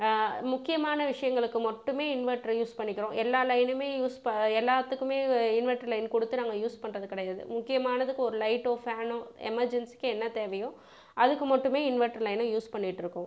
முக்கியமான விஷயங்களுக்கு மட்டுமே இன்வெட்டர் யூஸ் பண்ணிக்கிறோம் எல்லா லைனையுமே யூஸ் பண் எல்லாதுக்குமே இன்வெட்டர் லைன் கொடுத்து நாங்கள் யூஸ் பண்ணறது கிடையாது முக்கியமானத்துக்கு ஒரு லைட்டோ ஃபேனோ எமர்ஜென்ஸிக்கு என்ன தேவையோ அதுக்கு மட்டுமே இன்வெட்டர் லையனை யூஸ் பண்ணிட்டுயிருக்கோம்